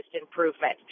improvement